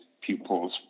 pupils